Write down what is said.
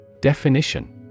Definition